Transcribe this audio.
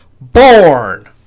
born